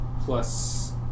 plus